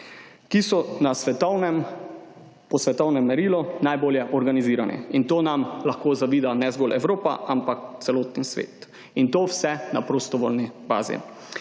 ki so po svetovnem merilu najbolje organizirani, in to nam lahko zavida ne zgolj Evropa, ampak celoten svet, in to vse na prostovoljni bazi.